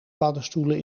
paddenstoelen